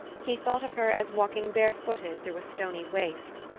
he thought of her as walking bare-footed through a stony waste.